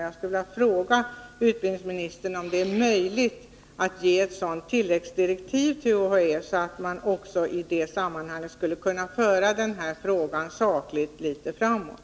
Jag skulle vilja fråga utbildningsministern om det är möjligt att ge ett sådant tilläggsdirektiv till UHÄ, så att man kan föra denna fråga sakligt litet framåt.